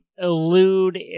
Elude